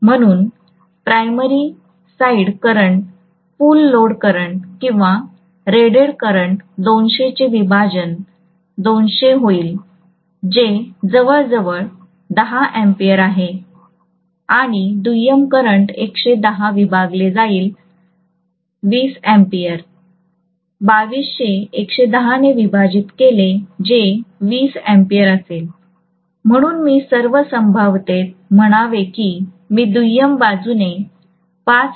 म्हणून primary side current full load current किंवा rated current 2200 चे विभाजन 2200 होईल जे जवळजवळ 10A आहे आणि दुय्यम करंट ११० विभागले जाईल 20 A 2200 110 ने विभाजित केले जे 20A असेल म्हणून मी सर्व संभाव्यतेत म्हणावे की मी दुय्यम बाजूने 5